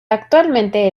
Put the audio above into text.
actualmente